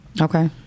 Okay